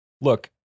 Look